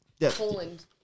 poland